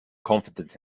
confident